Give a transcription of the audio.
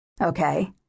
Okay